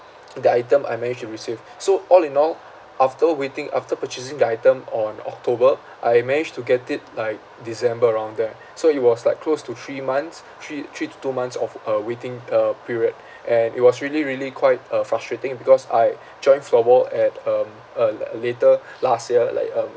the item I managed to receive so all in all after waiting after purchasing the item on october I managed to get it like december around there so it was like close to three months three three to two months of uh waiting uh period and it was really really quite uh frustrating because I joined floorball at um uh l~ later last year like um